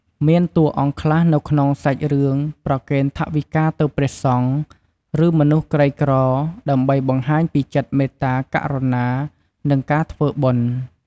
មានតួអង្គខ្លះនៅក្នុងសាច់រឿងប្រគេនថវិកាទៅព្រះសង្ឃ ឬ មនុស្សក្រីក្រ ដើម្បីបង្ហាញពីចិត្តមេត្តាករុណា និង ការធ្វើបុណ្យ។